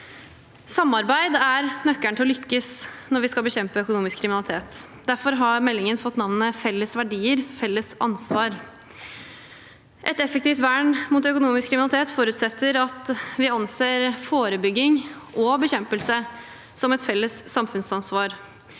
Samarbeid er nøkkelen til å lykkes når vi skal bekjempe økonomisk kriminalitet. Derfor har meldingen fått navnet Felles verdier – felles ansvar. Et effektivt vern mot økonomisk kriminalitet forutsetter at vi anser forebygging og bekjempelse som et felles samfunnsansvar.